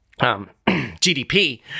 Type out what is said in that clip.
GDP